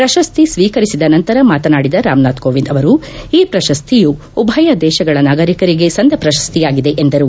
ಪ್ರಶಸ್ತಿ ಸ್ತೀಕರಿಸಿದ ನಂತರ ಮಾತನಾಡಿದ ರಾಮನಾಥ್ ಕೋವಿಂದ್ ಈ ಪ್ರಶಸ್ತಿಯು ಉಭಯ ದೇಶಗಳ ನಾಗರಿಕರಿಗೆ ಸಂದ ಪ್ರಶಸ್ತಿಯಾಗಿದೆ ಎಂದರು